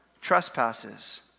trespasses